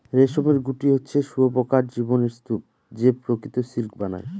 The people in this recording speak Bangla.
রেশমের গুটি হচ্ছে শুঁয়োপকার জীবনের স্তুপ যে প্রকৃত সিল্ক বানায়